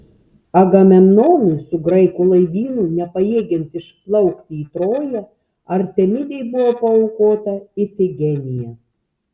agamemnonui su graikų laivynu nepajėgiant išplaukti į troją artemidei buvo paaukota ifigenija